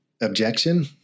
objection